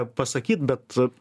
pasakyt bet